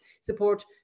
support